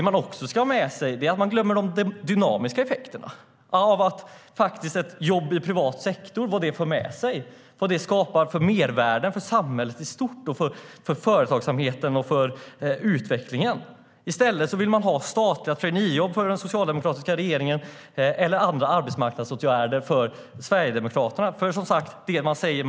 Man glömmer de dynamiska effekterna, vad ett jobb i privat sektor för med sig och vad det skapar för mervärden för samhället i stort när det gäller företagsamheten och utvecklingen. I stället vill den socialdemokratiska regeringen ha statliga traineejobb. Och Sverigedemokraterna vill ha andra arbetsmarknadsåtgärder.